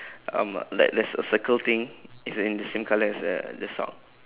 um like there's a circle thing it's in the same colour as the the sock